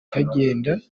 ikagenda